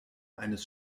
eines